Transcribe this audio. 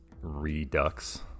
redux